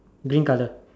green colour